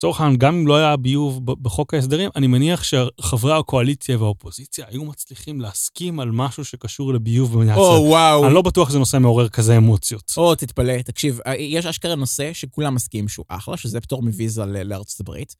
לצורך העניין, גם אם לא היה ביוב בחוק ההסדרים, אני מניח שחברי הקואליציה והאופוזיציה היו מצליחים להסכים על משהו שקשור לביוב במניעת זה. או, וואו. אני לא בטוח שזה נושא מעורר כזה אמוציות. או, תתפלא. תקשיב, יש אשכרה נושא שכולם מסכימים שהוא אחלה, שזה פתור מויזה לארצות הברית.